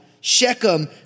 Shechem